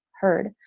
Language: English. heard